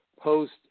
Post